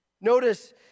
Notice